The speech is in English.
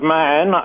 man